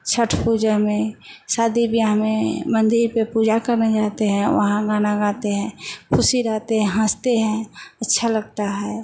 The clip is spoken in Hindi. छठ पूजा में शादी बियाह में मंदिर पे पूजा करने जाते हैं वहाँ गाना गाते हैं ख़ुशी रहते हैं हँसते हैं अच्छा लगता है